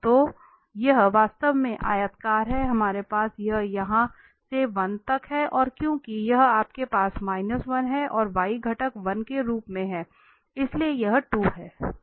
तो यह वास्तव में आयताकार है हमारे पास है यह यहां से 1 तक है और क्योंकि यहां आपके पास 1 हैं और y घटक 1 के रूप में है इसलिए यह 2 है